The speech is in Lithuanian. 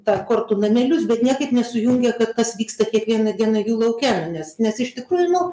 tą kortų namelius bet niekaip nesujungia kad tas vyksta kiekvieną dieną jų lauke nes nes iš tikrųjų nu